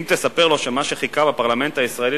אם תספר לו שמה שחיכה בפרלמנט הישראלי